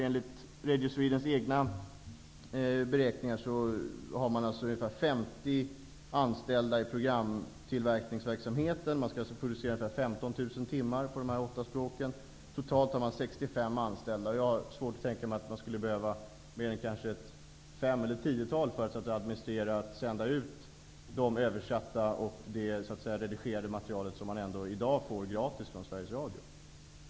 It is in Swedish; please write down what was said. Enligt Radio Swedens egna beräkningar har man ungefär 50 anställda i programtillverkningsverksamheten inför 1993. Man skall producera ungefär 15 000 timmar på dessa åtta språk. Totalt har man 65 anställda. Jag har svårt att tänka mig att det skulle behövas mer än 5--10 personer för att administrera och sända ut det översatta och redigerade material som man i dag får gratis från Sveriges Radio.